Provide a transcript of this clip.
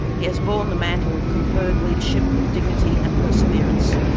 he has borne the mantle of conferred leadership with dignity and perseverance,